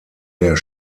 der